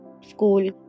school